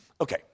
Okay